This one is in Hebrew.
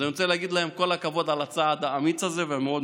אז אני רוצה להגיד להם כל הכבוד על הצעד האמיץ הזה והמאוד-מכבד.